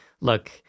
look